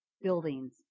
buildings